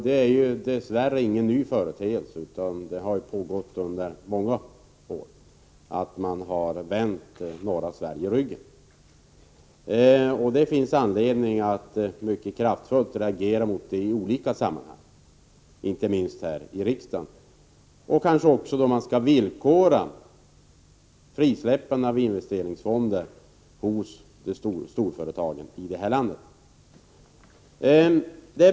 Det är dess värre ingen ny företeelse att man hyser en sådan ovilja, utan det har varit så under många år, att man vänt norra Sverige ryggen. Det finns anledning att mycket kraftfullt reagera mot det i olika sammanhang, inte minst här i riksdagen, och kanske också då man skall villkora frisläppandet av investerignsfonder hos storföretagen i landet.